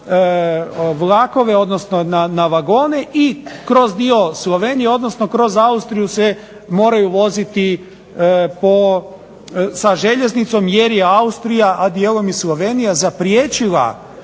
na vlakove, odnosno na vagone i kroz dio Slovenije, odnosno kroz Austriju se moraju voziti sa željeznicom jer je Austrija, a dijelom i Slovenija, zapriječila